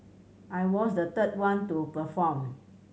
I was the third one to perform